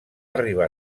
arribar